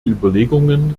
überlegungen